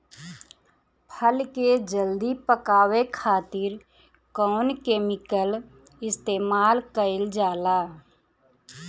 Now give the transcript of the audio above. फल के जल्दी पकावे खातिर कौन केमिकल इस्तेमाल कईल जाला?